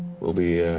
we'll be